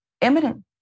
imminent